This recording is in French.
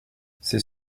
c’est